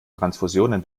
transfusionen